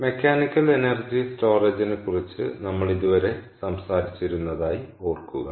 mechanical energy സ്റ്റോറേജിനെക്കുറിച്ച് നമ്മൾ ഇതുവരെ സംസാരിച്ചിരുന്നതായി ഓർക്കുക